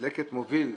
"לקט" מוביל,